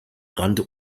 rannte